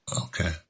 Okay